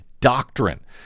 doctrine